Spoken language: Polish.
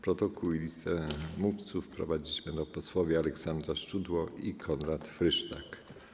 Protokół i listę mówców prowadzić będą posłowie Aleksandra Szczudło i Konrad Frysztak.